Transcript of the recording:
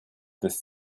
this